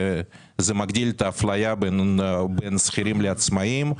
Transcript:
כי זה מגדיל את האפליה בין שכירים לעצמאים.